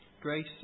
grace